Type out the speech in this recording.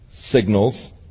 signals